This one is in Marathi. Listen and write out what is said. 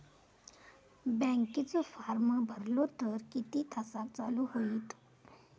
बँकेचो फार्म भरलो तर किती तासाक चालू होईत?